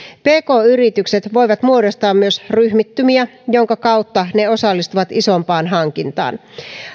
pk yritykset voivat muodostaa myös ryhmittymiä jonka kautta ne osallistuvat isompaan hankintaan